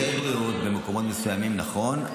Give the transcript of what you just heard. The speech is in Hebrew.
שירותי בריאות במקומות מסוימים, נכון.